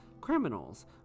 criminals